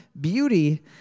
Beauty